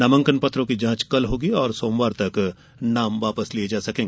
नामांकन पत्रों की जांच कल होगी और सोमवार तक नाम वापस लिए जा सकते हैं